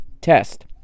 test